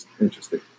Interesting